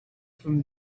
from